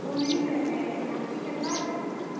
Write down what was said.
वह नहीं कर रहें लेकिन आप ही करवा दीजिएगा